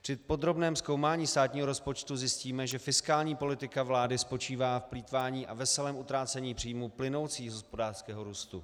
Při podrobném zkoumání státního rozpočtu zjistíme, že fiskální politika vlády spočívá v plýtvání a veselém utrácení příjmů plynoucích z hospodářského růstu.